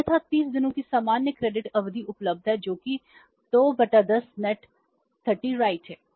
अन्यथा 30 दिनों की सामान्य क्रेडिट अवधि उपलब्ध है जो कि 210 नेट 30 राइट है